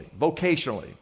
Vocationally